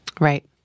Right